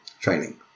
training